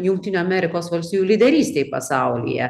jungtinių amerikos valstijų lyderystei pasaulyje